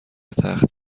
تخت